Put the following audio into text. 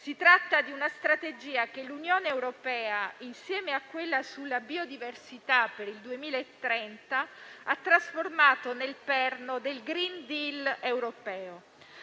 Si tratta di una strategia che l'Unione europea insieme a quella sulla biodiversità per il 2030 ha trasformato nel perno del *green deal* europeo,